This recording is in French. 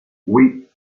oui